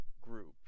group